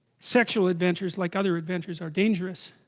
sexual adventures like other adventures are dangerous